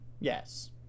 yes